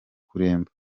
kuremba